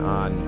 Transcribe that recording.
on